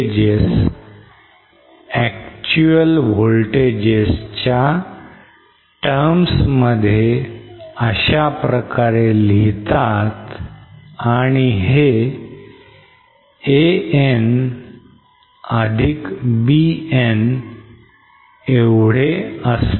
V port चे normalized voltages actual voltages च्या terms मध्ये अशा प्रकारे लिहितात आणि हे an bn एवढं असत